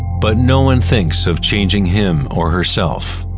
but nobody thinks of changing him or herself.